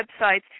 websites